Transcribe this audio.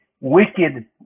wicked